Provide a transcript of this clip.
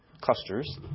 clusters